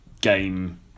game